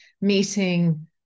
meeting